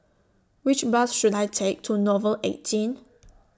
Which Bus should I Take to Nouvel eighteen